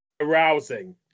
arousing